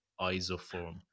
isoform